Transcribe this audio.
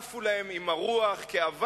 עפו להם עם הרוח כאבק,